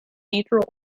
cathedral